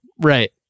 Right